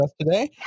today